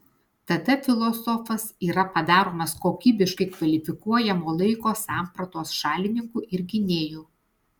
tada filosofas yra padaromas kokybiškai kvalifikuojamo laiko sampratos šalininku ir gynėju